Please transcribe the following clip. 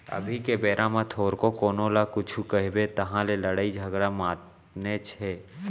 अभी के बेरा म थोरको कोनो ल कुछु कबे तहाँ ले लड़ई झगरा मातनेच हे